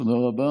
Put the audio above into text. תודה רבה.